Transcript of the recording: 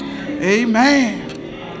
Amen